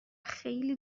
خیلی